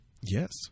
Yes